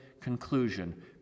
conclusion